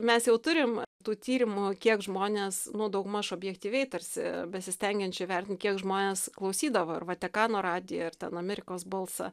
mes jau turim tų tyrimų kiek žmonės nu daugmaž objektyviai tarsi besistengiančių įvertint kiek žmonės klausydavo ir vatikano radijo ir ten amerikos balsą